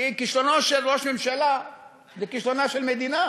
כי כישלונו של ראש ממשלה זה כישלונה של מדינה.